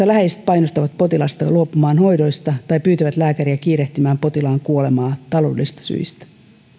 läheiset painostavat potilasta luopumaan hoidoista tai pyytävät lääkäriä kiirehtimään potilaan kuolemaa taloudellisista syistä